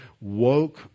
woke